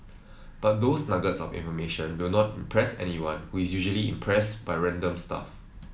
but those nuggets of information will not impress anyone who is usually impressed by random stuff